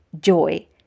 joy